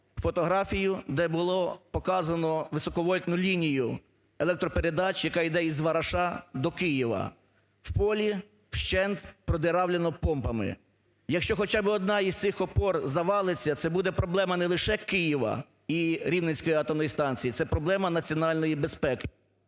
фотографію, де було показано високовольтну лінію електропередач, яка йде із Вараша до Києва. В полі вщент продірявлено помпами. Якщо хоча б одна із цих опор завалиться, це буде проблема не лише Києва і Рівненської атомної станції, це проблема національної безпеки.